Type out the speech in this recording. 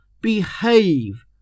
behave